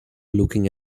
looking